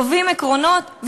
קובעים עקרונות,